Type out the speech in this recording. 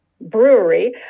brewery